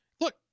Look